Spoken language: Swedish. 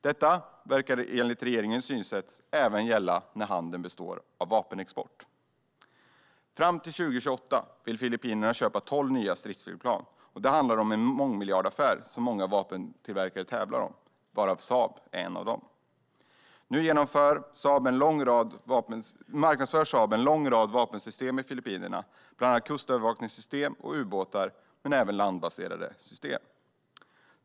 Detta verkar enligt regeringens synsätt gälla även när handeln består av vapenexport. Fram till 2028 vill Filippinerna köpa tolv nya stridsflygplan. Det handlar om en mångmiljardaffär som många vapentillverkare tävlar om, varav Saab är en. Nu marknadsför Saab en lång rad vapensystem i Filippinerna, bland annat kustövervakningssystem och ubåtar samt även landbaserade system.